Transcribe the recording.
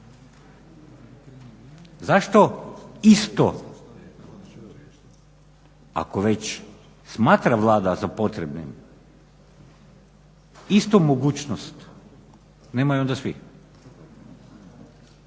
Zašto isto ako već smatra Vlada za potrebnim istu mogućnost onda nemaju svi.